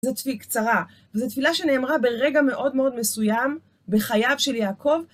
זו תפילה קצרה, וזו תפילה שנאמרה ברגע מאוד מאוד מסוים, בחייו של יעקב.